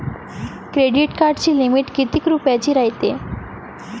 Credit कार्डाची limit कितीक रुपयाची रायते?